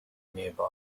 nearby